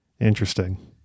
Interesting